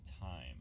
time